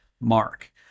mark